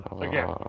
again